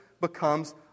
becomes